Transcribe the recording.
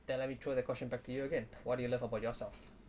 then let me throw that question to you again what do you love about yourself